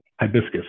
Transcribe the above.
hibiscus